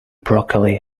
broccoli